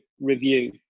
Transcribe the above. review